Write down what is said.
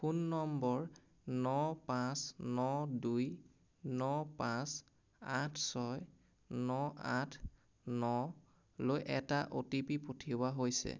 phone নম্বৰ ন পাঁচ ন দুই ন পাঁচ আঠ ছয় ন আঠ ন লৈ এটা অ' টি পি পঠিওৱা হৈছে